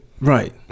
right